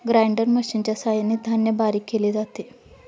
grinder मशिनच्या सहाय्याने धान्य बारीक केले जाते